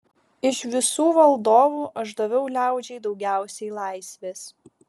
iš visų valdovų aš daviau liaudžiai daugiausiai laisvės